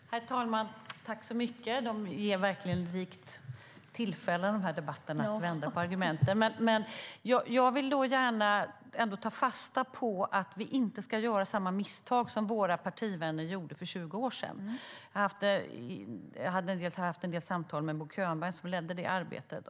Herr talman! Tack så mycket, statsrådet! De här debatterna ger verkligen rikt tillfälle att vända på argumenten. Jag vill ändå gärna ta fasta på att vi inte ska göra samma misstag som våra partivänner gjorde för 20 år sedan. Jag har haft en del samtal med Bo Könberg, som ledde det arbetet.